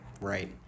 right